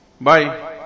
Bye